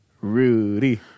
Rudy